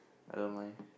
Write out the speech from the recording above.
I don't mind